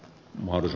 moody